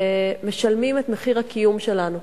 שמשלמים את מחיר הקיום שלנו,